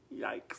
Yikes